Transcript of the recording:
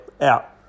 Out